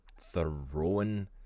thrown